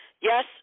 Yes